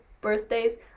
birthdays